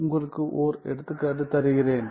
உங்களுக்கு ஓர் எடுத்துக்காட்டு தருகிறேன்